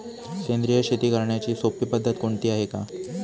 सेंद्रिय शेती करण्याची सोपी पद्धत कोणती आहे का?